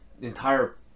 entire